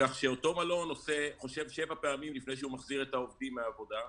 כך שאותו מלון חושב שבע פעמים לפני שהוא מחזיר את העובדים לעבודה,